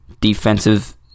Defensive